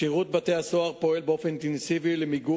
שירות בתי-הסוהר פועל באופן אינטנסיבי למיגור